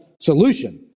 solution